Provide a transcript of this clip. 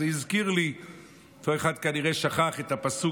אז זה הזכיר לי את הפסוק מירמיהו,